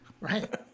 right